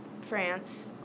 France